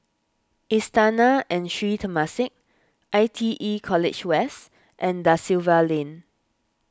Istana and Sri Temasek I T E College West and Da Silva Lane